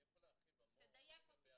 אני יכול להרחיב המון לגבי השנים